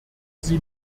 sie